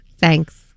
thanks